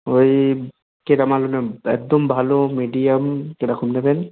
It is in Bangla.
ওই কেটা একদম ভালো মিডিয়াম কিরকম নেবেন